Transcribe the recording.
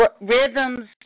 Rhythms